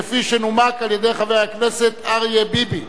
כפי שנומק על-ידי חבר הכנסת אריה ביבי.